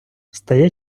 стає